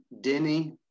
Denny